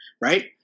right